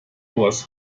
was